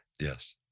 Yes